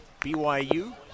BYU